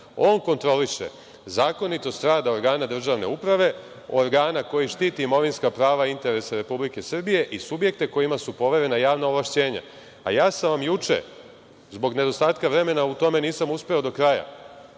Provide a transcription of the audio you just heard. On kontroliše zakonitost rada organa državne uprave, organa koji štite imovinska prava i interese Republike Srbije i subjekte kojima su poverena javna ovlašćenja. Juče sam vam, zbog nedostatka vremena u tome nisam uspeo do kraja,